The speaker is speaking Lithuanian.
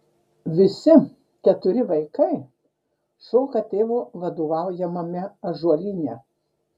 visi keturi vaikai šoka tėvo vadovaujamame ąžuolyne